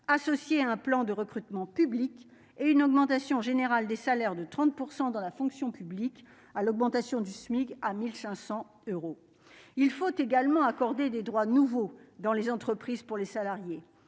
associée à un plan de recrutement publiques et une augmentation générale des salaires de 30 % dans la fonction publique à l'augmentation du SMIC à 1500 euros il faut également accorder des droits nouveaux dans les entreprises pour les salariés